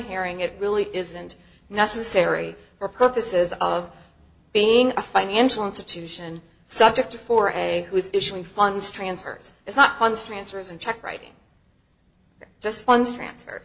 herring it really isn't necessary for purposes of being a financial institution subject to for a who is issuing funds transfers it's not funds transfers and check writing just one transfer